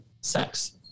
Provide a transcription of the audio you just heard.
Sex